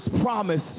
promise